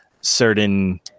certain